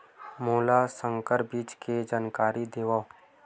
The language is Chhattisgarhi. मोला संकर बीज के जानकारी देवो?